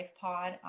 pod